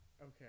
Okay